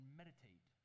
meditate